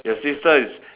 your sister is